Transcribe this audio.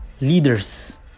Leaders